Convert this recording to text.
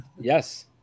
Yes